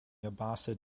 abbasid